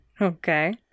Okay